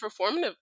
performative